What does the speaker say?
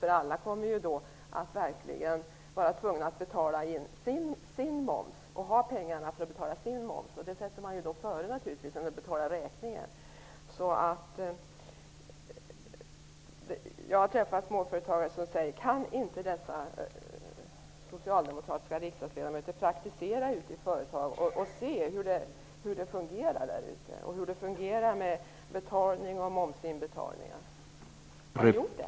Alla kommer att verkligen vara tvungna att se till att de har pengarna för att betala sin moms. Det sätter man naturligtvis framför att betala räkningar. Jag har träffat småföretagare som säger: Kan inte socialdemokratiska riksdagsledamöter praktisera ute i företag för att se hur det fungerar i näringslivet och hur det fungerar med betalningar och momsinbetalningar? Har ni gjort det?